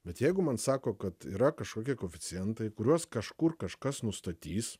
bet jeigu man sako kad yra kažkokie koeficientai kuriuos kažkur kažkas nustatys